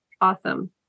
awesome